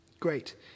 Great